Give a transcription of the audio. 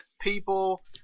people